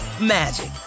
magic